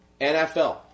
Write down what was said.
NFL